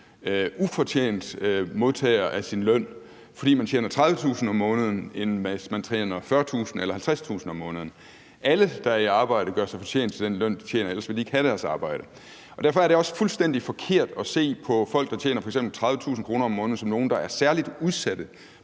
være modtager af sin løn, fordi man tjener 30.000 kr. om måneden, end hvis man tjener 40.000 kr. eller 50.000 kr. om måneden. Alle, der er i arbejde, gør sig fortjent til den løn, de tjener, for ellers ville de ikke have deres arbejde. Derfor er det også fuldstændig forkert at se på folk, der tjener f.eks. 30.000 kr. om måneden, som nogle, der er særlig udsatte